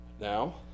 Now